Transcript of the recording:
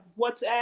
WhatsApp